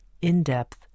in-depth